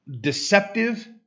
deceptive